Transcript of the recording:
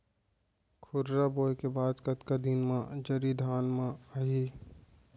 खुर्रा बोए के बाद कतका दिन म जरी धान म आही?